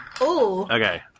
Okay